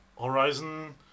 Horizon